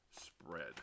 spread